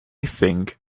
think